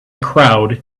crowd